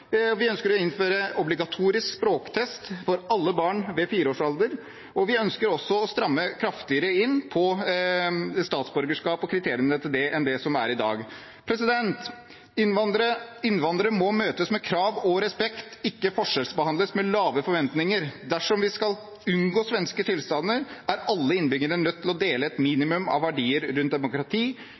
Vi ønsker å innføre obligatorisk språktest for alle barn ved 4-årsalder, og vi ønsker også å stramme kraftigere inn på statsborgerskap og kriteriene for det enn det som er i dag. Innvandrere må møtes med krav og respekt, ikke forskjellsbehandles med lave forventninger. Dersom vi skal unngå svenske tilstander, er alle innbyggerne nødt til å dele et minimum av verdier rundt demokrati,